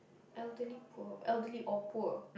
elderly poor elderly or poor